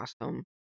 awesome